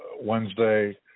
Wednesday